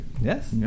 Yes